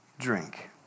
drink